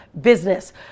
business